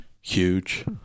Huge